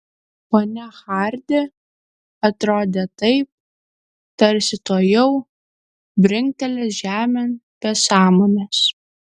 ponia hardi atrodė taip tarsi tuojau brinktelės žemėn be sąmonės